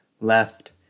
left